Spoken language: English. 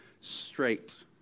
straight